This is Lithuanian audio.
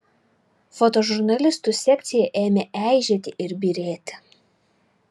fotožurnalistų sekcija ėmė eižėti ir byrėti